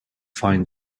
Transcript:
find